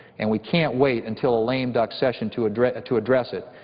and we can't wait until a lame-duck session to address to address it,